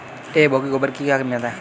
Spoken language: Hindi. एक बोगी गोबर की क्या कीमत है?